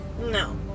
No